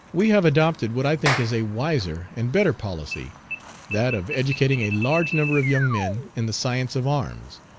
we have adopted what i think is a wiser and better policy that of educating a large number of young men in the science of arms,